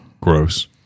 Gross